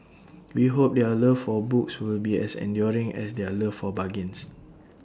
we hope their love for books will be as enduring as their love for bargains